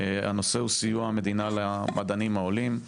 הנושא הוא סיוע המדינה למדענים העולים.